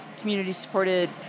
community-supported